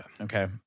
Okay